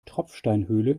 tropfsteinhöhle